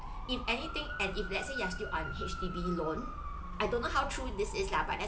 if anything and if let's say you are still on H_D_B loan I don't know how true this is lah but that's